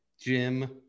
jim